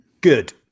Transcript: good